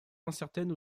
incertaine